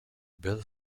byl